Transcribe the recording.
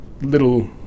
little